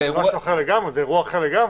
זה משהו אחר, זה אירוע אחר לגמרי.